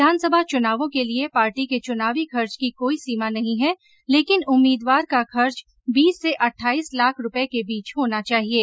विधानसभा चुनावों के लिये पार्टी के चुनावी खर्च की कोई सीमा नहीं है लेकिन उम्मीदवार का खर्च बीस से अट्टाईस लाख रुपये के बीच होना चाहिये